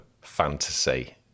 fantasy